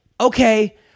Okay